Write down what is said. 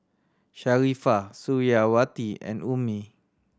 Sharifah Suriawati and Ummi